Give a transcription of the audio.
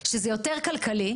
שזה יותר כלכלי,